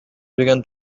began